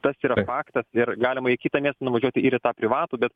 tas yra faktas ir galima į kitą miestą nuvažiuot ir į tą privatų bet